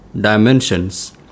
dimensions